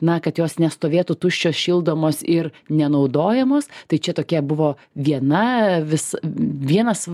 na kad jos nestovėtų tuščios šildomos ir nenaudojamos tai čia tokia buvo viena vis vienas